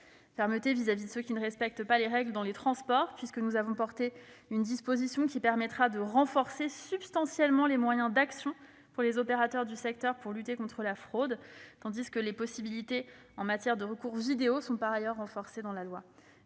Fermeté vis-à-vis de ceux qui ne respectent pas les règles dans les transports : nous avons introduit une disposition qui permettra de renforcer substantiellement les moyens d'action des opérateurs du secteur pour lutter contre la fraude, tandis que les possibilités en matière de recours vidéo sont par ailleurs renforcées dans la loi.